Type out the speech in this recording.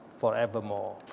forevermore